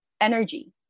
energy